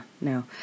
no